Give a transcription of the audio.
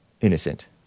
Innocent